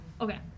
Okay